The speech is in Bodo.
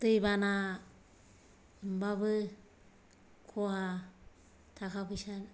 दैबाना लोमबाबो खहा थाका फैसा